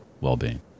well-being